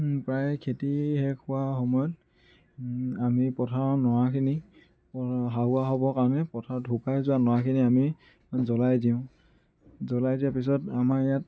প্ৰায় খেতি শেষ হোৱা সময়ত আমি পথাৰৰ নৰাখিনি হাওৱা হ'বৰ কাৰণে পথাৰত শুকাই যোৱা নৰাখিনি আমি জ্বলাই দিওঁ জ্বলাই দিয়াৰ পিছত আমাৰ ইয়াত